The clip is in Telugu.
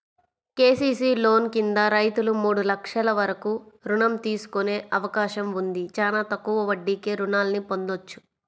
కేసీసీ లోన్ కింద రైతులు మూడు లక్షల వరకు రుణం తీసుకునే అవకాశం ఉంది, చానా తక్కువ వడ్డీకే రుణాల్ని పొందొచ్చు